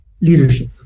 leadership